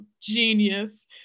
genius